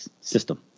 system